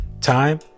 time